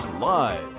Live